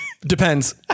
Depends